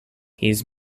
his